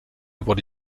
wurde